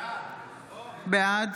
בעד